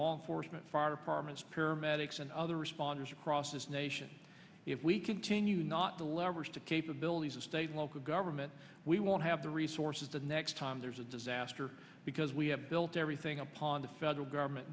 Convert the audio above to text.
law enforcement far apartments paramedics and other responders across this nation if we continue not to leverage to capabilities of state local government we won't have the resources the next time there's a disaster because we have built everything upon the federal government